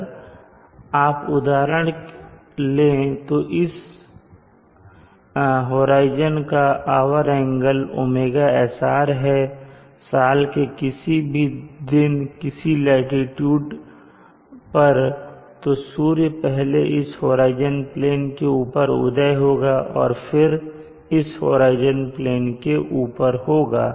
अगर आप एक उदाहरण लें की इस होराइजन का आवर एंगल ωsr है साल के किसी दिन किसी लाटीट्यूड पर तो सूर्य पहले इस होराइजन के ऊपर उदय होगा और फिर इस होराइजन के ऊपर होगा